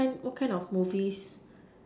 what kind what kind of movies